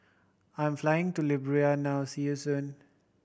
I am flying to Liberia now see you soon